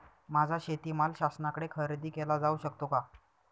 माझा शेतीमाल शासनाकडे खरेदी केला जाऊ शकतो का?